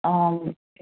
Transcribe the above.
అవును